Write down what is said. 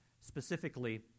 specifically